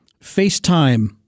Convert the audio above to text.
FaceTime